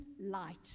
light